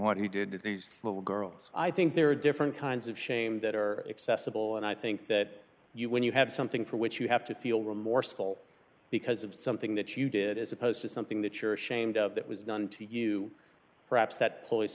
what he did to these little girls i think there are different kinds of shame that are accessible and i think that you when you have something for which you have to feel remorseful because of something that you did as opposed to something that you're shamed of that was done to you perhaps that p